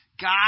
God